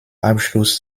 abschluss